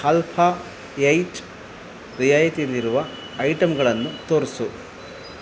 alpha eight ರಿಯಾಯಿತಿಲಿರುವ ಐಟಂಗಳನ್ನು ತೋರಿಸು